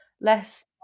less